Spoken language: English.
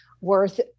worth